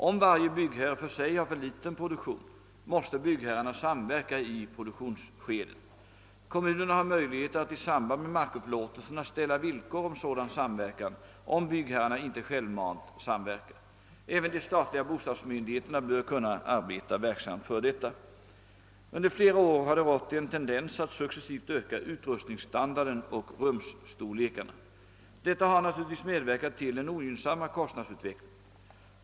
Om varje byggherre för sig har för liten produktion, måste byggherrarna samverka i produktionsskedet. Kommunerna har möjligheter att i samband med markupplåtelserna ställa villkor om sådan samverkan, om byggherrarna inte självmant samverkar. Även de statliga bostads myndigheterna bör kunna arbeta verksamt för detta. Under flera år har det rått en tendens att successivt öka utrustningsstandarden och rumsstorlekarna. Detta har naturligtvis medverkat till den ogynnsamma kostnadsutvecklingen.